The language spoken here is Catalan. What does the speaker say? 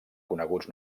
coneguts